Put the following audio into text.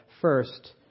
first